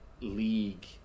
League